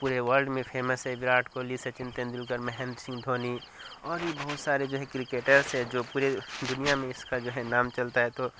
پورے ورلڈ میں فیمس ہیں وراٹ کوہلی سچن تندولکر مہندر سنگھ دھونی اور بھی بہت سارے جو ہے کرکٹرز ہیں جو پورے دنیا میں اس کا جو ہے نام چلتا ہے تو